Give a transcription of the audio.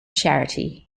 charity